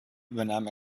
übernahm